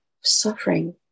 suffering